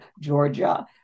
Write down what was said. Georgia